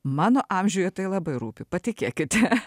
mano amžiuje tai labai rūpi patikėkite